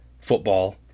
football